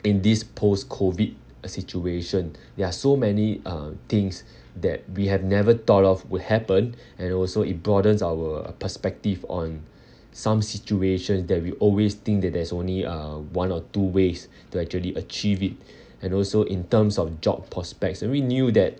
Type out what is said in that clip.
in this post-COVID uh situation there are so many uh things that we have never thought of would happen and also it broadens our perspective on some situations that we always think that there's only uh one or two ways to actually achieve it and also in terms of job prospects and we knew that